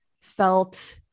felt